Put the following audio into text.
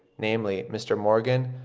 namely, mr. morgan,